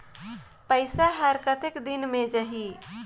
पइसा हर कतेक दिन मे जाही?